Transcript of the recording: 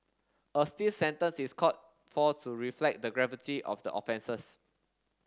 a stiff sentence is called for to reflect the gravity of the offences